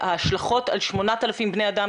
ההשלכות על 8,000 בני אדם,